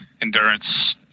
endurance